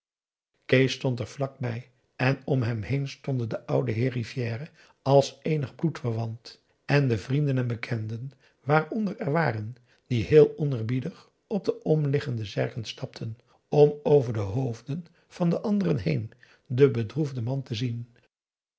kees stond er vlak bij en om hem heen stonden de oude heer rivière als eenig bloedverwant en de vrienden en bekenden waaronder er waren die heel oneerbiedig op de omliggende zerken stapten om over de hoofden van de anderen heen den bedroefden man te zien